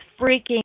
freaking